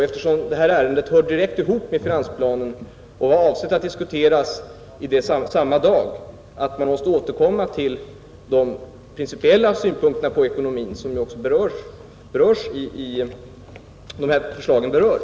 Eftersom detta ärende hör direkt ihop med finansplanen och var avsett att diskuteras samma dag som den, är det inte så konstigt att man måste återkomma till de principiella synpunkterna på ekonomin, som också de här förslagen rör.